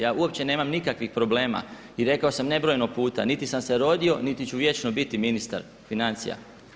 Ja uopće nemam nikakvih problema i rekao sam nebrojeno puta niti sam se rodio, niti ću vječno biti ministar financija.